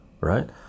right